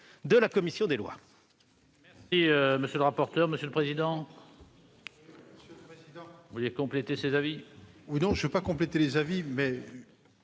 par la commission des lois